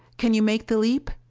can you make the leap?